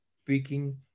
speaking